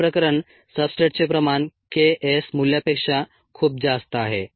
पहिले प्रकरण सब्सट्रेटचे प्रमाण K s मूल्यापेक्षा खूप जास्त आहे